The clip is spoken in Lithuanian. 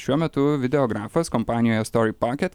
šiuo metu videografas kompanijoje story pocket